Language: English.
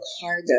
harder